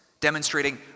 demonstrating